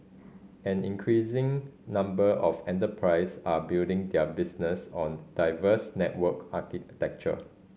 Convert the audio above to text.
an increasing number of enterprise are building their business on diverse network architecture